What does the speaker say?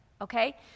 okay